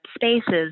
spaces